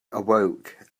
awoke